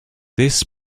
this